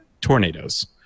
tornadoes